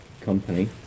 company